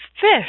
fish